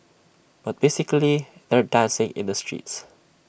but basically they're dancing in the streets